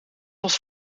was